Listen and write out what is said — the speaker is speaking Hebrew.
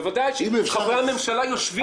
יעקב אשר.